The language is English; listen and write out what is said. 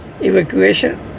evacuation